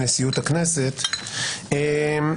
ולנשיאות הכנסת על אישור ההצעה.